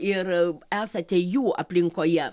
ir esate jų aplinkoje